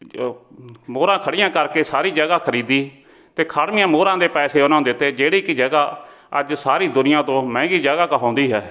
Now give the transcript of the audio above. ਮੋਹਰਾਂ ਖੜ੍ਹੀਆਂ ਕਰਕੇ ਸਾਰੀ ਜਗ੍ਹਾ ਖਰੀਦੀ ਅਤੇ ਖੜ੍ਹਵੀਆਂ ਮੋਹਰਾਂ ਦੇ ਪੈਸੇ ਉਹਨਾਂ ਨੂੰ ਦਿੱਤੇ ਜਿਹੜੀ ਕਿ ਜਗ੍ਹਾ ਅੱਜ ਸਾਰੀ ਦੁਨੀਆਂ ਤੋਂ ਮਹਿੰਗੀ ਜਗ੍ਹਾ ਕਹਾਉਂਦੀ ਹੈ